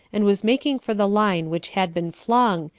and was making for the line which had been flung,